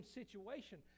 situation